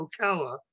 Ocala